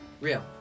Real